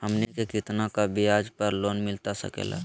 हमनी के कितना का ब्याज पर लोन मिलता सकेला?